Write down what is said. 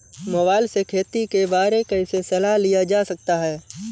Mobile से खेती के बारे कैसे सलाह लिया जा सकता है?